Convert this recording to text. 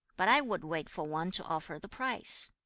but i would wait for one to offer the price